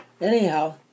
Anyhow